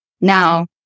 Now